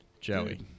Joey